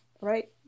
right